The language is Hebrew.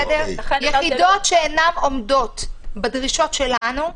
יחידות שלא עומדות בדרישות שלנו,